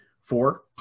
Four